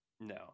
No